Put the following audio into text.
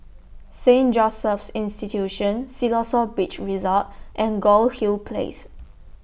Saint Joseph's Institution Siloso Beach Resort and Goldhill Place